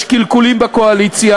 יש קלקולים בקואליציה.